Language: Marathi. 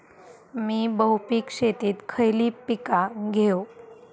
मी बहुपिक शेतीत खयली पीका घेव?